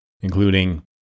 including